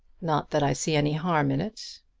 not that i see any harm in it.